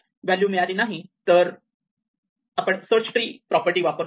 value मिळाली नाही तर आपण सर्च ट्री प्रॉपर्टी वापरतो